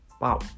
Wow